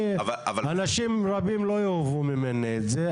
אנשים רבים לא יאהבו ממני את זה.